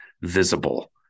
visible